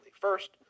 first